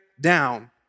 down